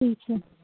ਠੀਕ ਹੈ